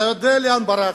אתה יודע לאן ברחת,